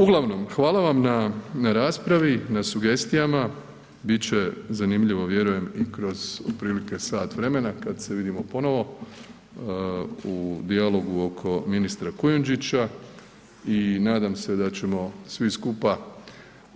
Uglavnom, hvala vam na raspravi, na sugestijama, bit će zanimljivo vjerujem i kroz otprilike sat vremena kada se vidimo ponovo u dijalogu oko ministra Kujundžića i nadam se da ćemo svi skupa